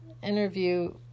interview